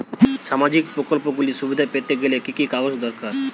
সামাজীক প্রকল্পগুলি সুবিধা পেতে গেলে কি কি কাগজ দরকার?